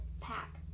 pack